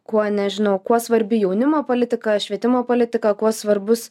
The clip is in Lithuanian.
kuo nežinau kuo svarbi jaunimo politika švietimo politika kuo svarbus